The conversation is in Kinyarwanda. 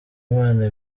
imana